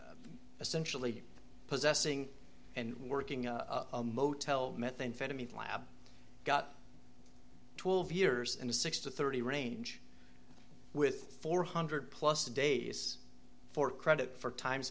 essentially possessing and working a motel methamphetamine lab got twelve years and a six to thirty range with four hundred plus days for credit for time